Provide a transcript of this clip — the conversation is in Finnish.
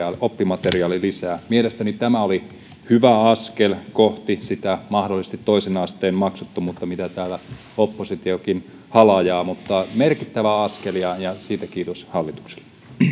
oppimateriaalilisää mielestäni tämä oli hyvä askel kohti sitä mahdollisesti toisen asteen maksuttomuutta mitä täällä oppositiokin halajaa mutta merkittävä askel ja siitä kiitos hallitukselle